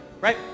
Right